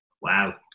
Wow